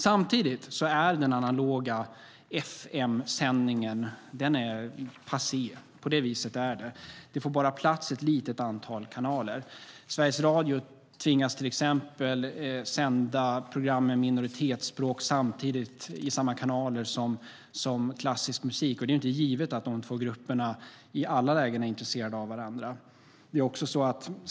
Samtidigt är den analoga FM-sändningen passé. På det viset är det. Det får bara plats ett litet antal kanaler. Sveriges Radio tvingas till exempel sända program med minoritetsspråk i samma kanaler som klassisk musik, och det är inte givet att de två grupperna i alla lägen är intresserade av varandra.